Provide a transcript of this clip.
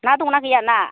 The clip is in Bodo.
ना दंना गैया ना